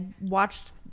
watched